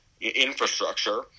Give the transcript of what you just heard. infrastructure